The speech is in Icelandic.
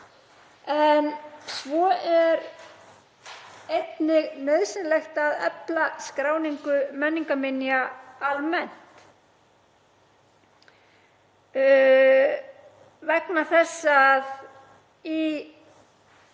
Svo er einnig nauðsynlegt að efla skráningu menningarminja almennt vegna þess að í